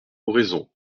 oraison